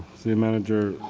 city manager,